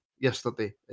yesterday